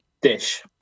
dish